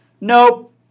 Nope